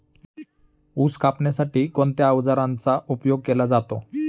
ऊस कापण्यासाठी कोणत्या अवजारांचा उपयोग केला जातो?